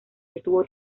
estuvo